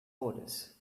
orders